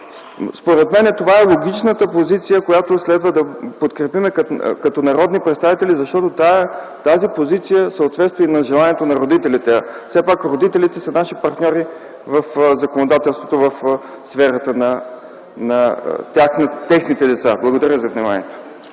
Според мен това е логичната позиция, която следва да подкрепим като народни представители, защото тази позиция съответства и на желанието на родителите. Все пак родителите са наши партньори в законодателството в сферата на техните деца. Благодаря за вниманието.